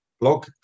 blog